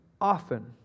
often